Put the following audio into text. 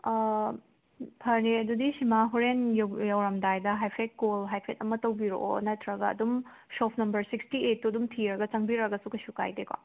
ꯐꯔꯦ ꯑꯗꯨꯗꯤ ꯁꯤꯃꯥ ꯍꯣꯔꯦꯟ ꯌꯧꯔꯝꯗꯥꯏꯗ ꯍꯥꯏꯐꯦꯠ ꯀꯣꯜ ꯍꯥꯏꯐꯦꯠ ꯑꯃ ꯇꯧꯕꯤꯔꯛꯑꯣ ꯅꯠꯇ꯭ꯔꯒ ꯑꯗꯨꯝ ꯁꯣꯞ ꯅꯝꯕꯔ ꯁꯤꯛꯁꯇꯤ ꯑꯩꯠꯇꯣ ꯊꯤꯔꯒ ꯆꯪꯕꯤꯔꯛꯑꯁꯨ ꯀꯩꯁꯨ ꯀꯥꯏꯗꯦꯀꯣ